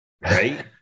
right